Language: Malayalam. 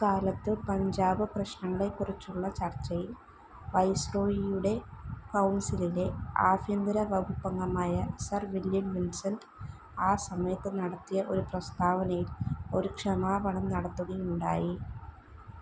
അക്കാലത്ത് പഞ്ചാബ് പ്രശ്നങ്ങളെക്കുറിച്ചുള്ള ചർച്ചയിൽ വൈസ്രോയിയുടെ കൌൺസിലിലെ ആഭ്യന്തരവകുപ്പ് അംഗമായ സർ വില്യം വിൻസൻറ്റ് ആ സമയത്ത് നടത്തിയ ഒരു പ്രസ്താവനയില് ഒരു ക്ഷമാപണം നടത്തുകയുണ്ടായി